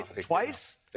Twice